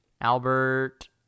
Albert